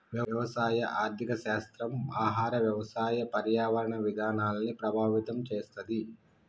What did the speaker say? వ్యవసాయ ఆర్థిక శాస్త్రం ఆహార, వ్యవసాయ, పర్యావరణ విధానాల్ని ప్రభావితం చేస్తది